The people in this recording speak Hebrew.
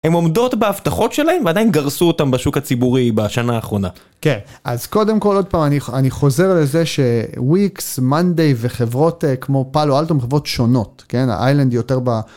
הם עומדות בהבטחות שלהם ועדיין גרסו אותם בשוק הציבורי בשנה האחרונה. כן אז קודם כל עוד פעם אני חוזר לזה שוויקס מונדי וחברות כמו פלו אלטום חברות שונות כן איילנד יותר.